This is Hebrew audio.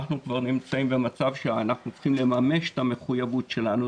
אנחנו כבר נמצאים במצב שאנחנו צריכים לממש את המחויבות שלנו.